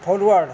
forward